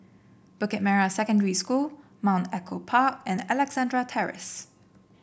Bukit Merah Secondary School Mount Echo Park and Alexandra Terrace